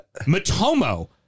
matomo